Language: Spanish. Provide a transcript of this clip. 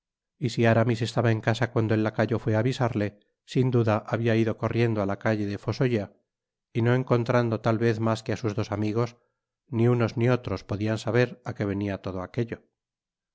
y si aramis estaba en casa cuando el lacayo fué á avisarle sin duda habia ido corriendo á la calle de fossoyeurs y no encontrando tal vez mas que á sus dos amigos ni unos ni otros pedían saber á que venia todo aquello